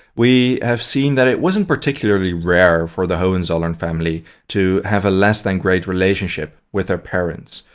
we have seen that it wasn't particularly rare for the hohenzollern family to have a less-than-great relationship with their parents.